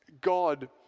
God